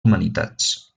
humanitats